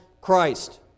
Christ